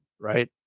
right